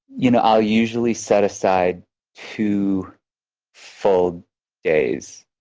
you know i'll usually set aside two full days,